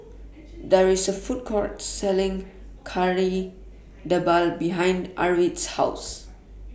There IS A Food Court Selling Kari Debal behind Arvid's House